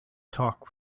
talk